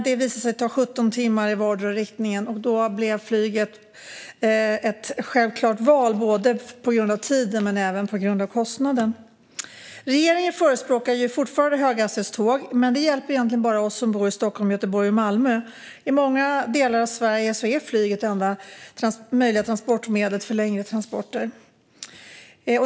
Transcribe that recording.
Det visade sig dock ta 17 timmar i vardera riktningen. Då blev flyget ett självklart val, både på grund av tiden och på grund av kostnaden. Regeringen förespråkar fortfarande höghastighetståg, men det hjälper egentligen bara oss som bor i Stockholm, Göteborg och Malmö. I många delar av Sverige är flyget det enda möjliga transportmedlet för längre transporter.